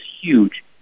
huge